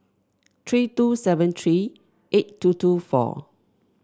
three two seven three eight two two four